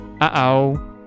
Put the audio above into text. Uh-oh